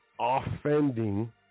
offending